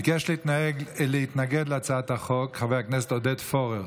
ביקש להתנגד להצעת החוק חבר הכנסת עודד פורר,